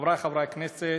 חברי חברי הכנסת,